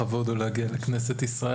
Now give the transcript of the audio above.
לכבוד הוא להגיע לכנסת ישראל.